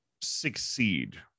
succeed